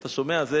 אתה שומע?